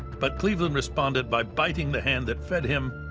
but cleveland responded by biting the hand that fed him,